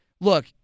look